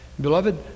Beloved